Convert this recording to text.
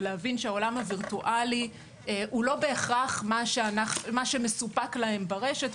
ולהבין שהעולם הווירטואלי הוא לא בהכרח מה שמסופק להם ברשת,